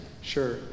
Sure